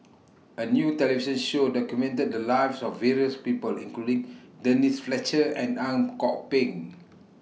A New television Show documented The Lives of various People including Denise Fletcher and Ang Kok Peng